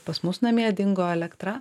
pas mus namie dingo elektra